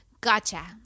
Gotcha